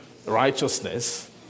righteousness